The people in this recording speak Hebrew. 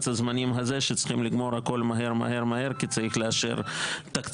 הזמנים הזה שצריכים לגמור הכל מהר מהר מהר כי צריך לאשר תקציב.